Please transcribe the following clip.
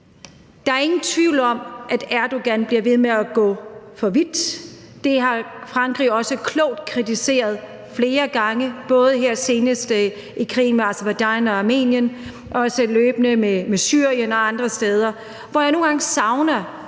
Der er ingen tvivl om, at Erdogan bliver ved med at gå for vidt. Det har Frankrig også klogt kritiseret flere gange, både her senest i krigen mellem Aserbajdsjan og Armenien og også løbende med Syrien og andre steder, og jeg savner